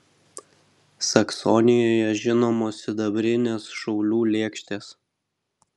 saksonijoje žinomos sidabrinės šaulių lėkštės